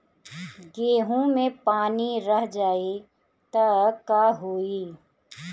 गेंहू मे पानी रह जाई त का होई?